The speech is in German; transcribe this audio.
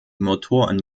motoren